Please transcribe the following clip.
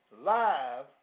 live